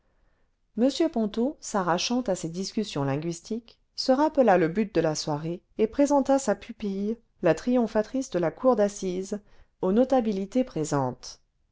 m ponto s'arrachant à ces discussions linguistiques se rappela le but de la soirée et présenta sa pupille la triomphatrice de la cour d'assises aux notabilités présentes